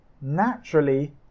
naturally